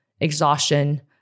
exhaustion-